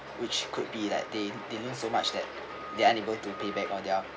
which could be like they dealing so much that they unable to pay back on their